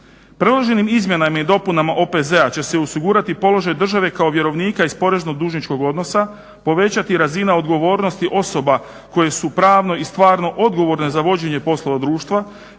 Priloženim izmjenama i dopunama OPZ-a će se osigurati položaj države kao vjerovnika iz poreznog dužničkog odnosa, povećati razina odgovornosti osoba koje su pravno i stvarno odgovorno za vođenje poslova društva